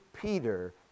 Peter